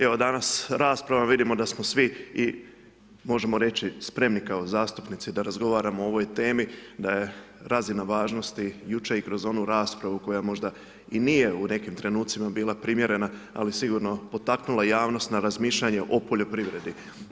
Evo, danas rasprava, vidimo da smo svi i možemo reći, spremni kao zastupnici da razgovaramo o ovoj temi, da je razina važnosti, jučer i kroz onu raspravu koja možda i nije u nekim trenucima nije bila primjerena, ali sigurno potaknula javnost na razmišljanje o poljoprivredi.